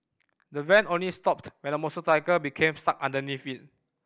the van only stopped when a motorcycle became stuck underneath it